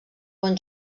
bon